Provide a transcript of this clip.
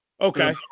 Okay